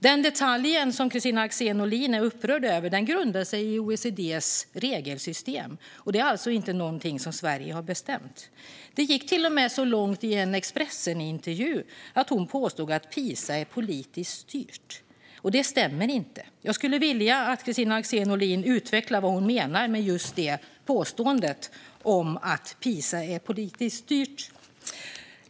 Den detalj som Kristina Axén Olin är upprörd över grundar sig i OECD:s regelsystem och är alltså inte något som Sverige har bestämt. Det gick till och med så långt i en Expressenintervju att hon påstod att PISA är politiskt styrt. Det stämmer inte. Jag skulle vilja att Kristina Axén Olin utvecklar vad hon menar med påståendet att PISA är politiskt styrt.